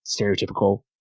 stereotypical